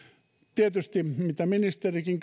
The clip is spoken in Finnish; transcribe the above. tietysti minkä ministerikin